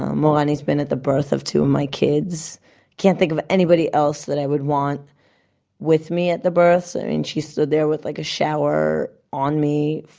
morani's been at the birth of two of my kids. i can't think of anybody else that i would want with me at the births. i mean she stood there with like a shower on me,